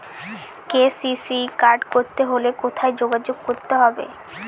KCC card করতে হলে কোথায় যোগাযোগ করতে হবে?